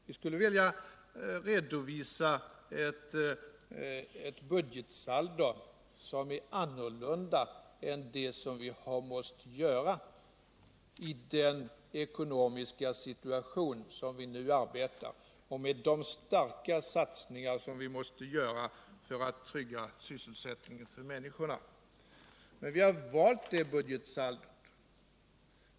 Vi skulle vilja redovisa ett budgetsaldo som är annorlunda än det som vi har måst redovisa i den ekonomiska situation som vi nu arbetar i och med de kraftiga satsningar som vi måste göra för att trygga sysselsättningen för människorna. Men vi har valt detta budgetsaldo.